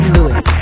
Lewis